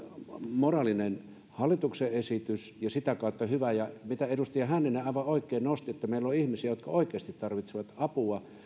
moraalinen hallituksen esitys ja sitä kautta hyvä edustaja hänninen aivan oikein nosti esiin että meillä on ihmisiä jotka oikeasti tarvitsevat apua